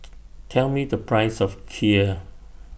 Tell Me The Price of Kheer